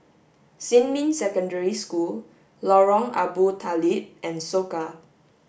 Xinmin Secondary School Lorong Abu Talib and Soka